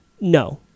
no